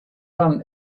run